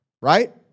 Right